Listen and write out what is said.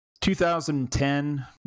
2010